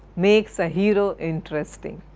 makes a hero interesting.